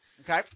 Okay